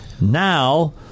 Now